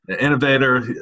innovator